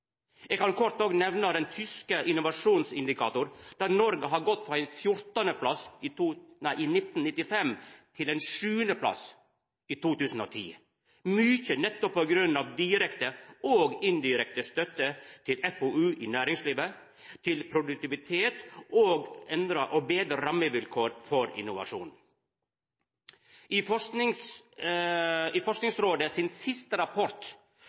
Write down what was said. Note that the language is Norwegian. Eg kan kort òg nemna den tyske innovasjonsindikatoren, der Noreg har gått frå ein 14. plass i 1995 til ein 7. plass i 2010, mykje nettopp på grunn av direkte og indirekte støtte til FoU i næringslivet, til produktivitet og betre rammevilkår for innovasjon. I Forskingsrådet sin siste rapport